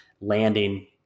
landing